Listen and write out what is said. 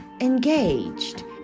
engaged